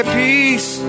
peace